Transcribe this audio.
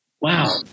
Wow